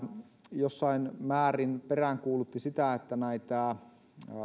jossain määrin peräänkuulutti sitä että aikavyöhykettä valittaessa